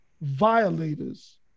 violators